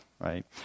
right